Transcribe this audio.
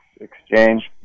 exchange